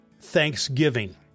Thanksgiving